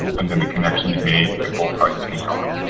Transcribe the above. and and the connection is made in both parties can talk.